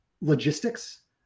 logistics